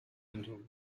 into